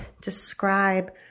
describe